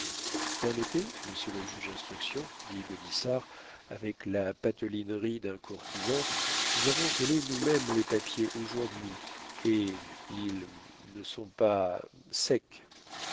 permettez monsieur le juge d'instruction dit gaudissart avec la patelinerie d'un courtisan nous avons collé nous-mêmes les papiers aujourd'hui et ils ne sont pas secs